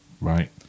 Right